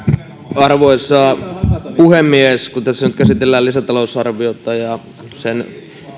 arvoisa puhemies kun tässä nyt käsitellään lisätalousarviota ja sen